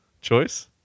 choice